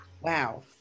Wow